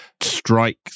strike